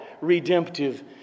redemptive